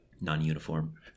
non-uniform